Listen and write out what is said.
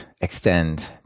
extend